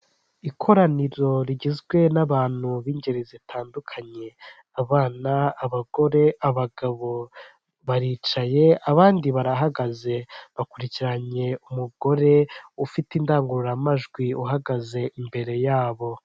Ikoraniro rigizwe n'abantu b'ingeri zitandukanye abana, abagore, abagabo, baricaye abandi barahagaze bakurikiranye umugore ufite indangururamajwi uhagaze imbere yabo.